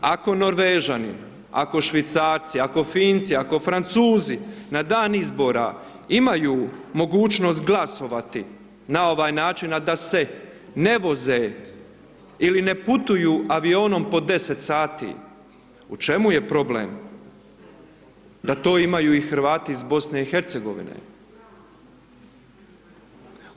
Ako Norvežani, ako Švicarci, ako Finci, ako Francuzi na dam izbora imaju mogućnost glasovati na ovaj način a da se ne voze ili ne putuju avionom po 10 sati, u čemu je problem da to imaju i Hrvati iz BiH-a?